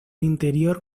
interior